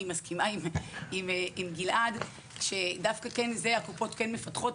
מסכימה עם גלעד על כך שהקופות כן מפתחות,